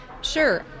sure